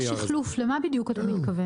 כשאתה אומר שחלוף, למה בדיוק אתה מתכוון?